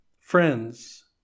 friends